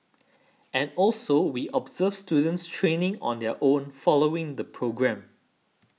and also we observe students training on their own following the programme